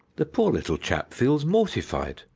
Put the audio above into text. the poor little chap feels mortified,